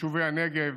ביישובי הנגב